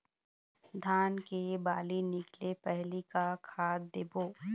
धान के बाली निकले पहली का खाद देबो?